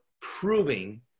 proving